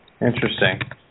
Interesting